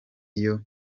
iyo